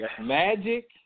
Magic